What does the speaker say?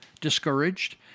discouraged